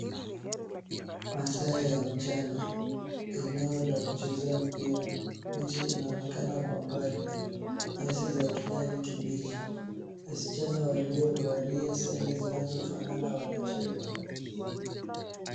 Masaa ya mchana. Eneo la kuchezea mpira. Miti inaonekana kwa mbali. Nyasi za kijani kibichi. Wasichana waliovalia sare zinazofanana wanacheza.